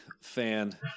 fan